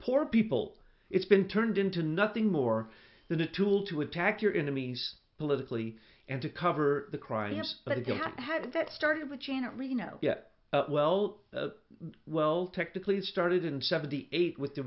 poor people it's been turned into nothing more than a tool to attack your enemies politically and to cover the crisis but if you had that started with janet reno yep well well technically it started in seventy eight with the